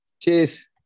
Cheers